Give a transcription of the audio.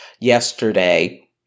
yesterday